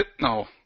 No